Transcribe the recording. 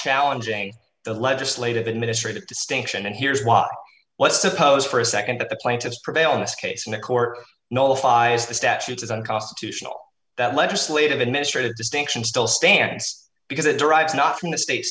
challenging the legislative administrative distinction and here's what let's suppose for a nd that the plaintiffs prevail in this case and the court notifies the statutes as unconstitutional that legislative administrative distinction still stands because it derives not from the state